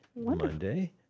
Monday